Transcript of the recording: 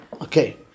Okay